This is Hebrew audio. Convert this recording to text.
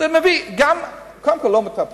זה מביא לכך שקודם כול לא מטפלים,